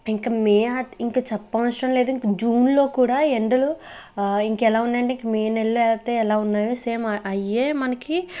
ఇంకా మే అ ఇంకా చెప్పవసరం లేదు ఇంకా జూన్లో కూడా ఎండలు ఇంకెలా ఉన్నాయి అంటే మే నెలలో అయితే ఎలా ఉన్నాయో సేమ్ అ అవే మనకి